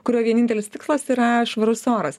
kurio vienintelis tikslas yra švarus oras